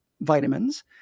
vitamins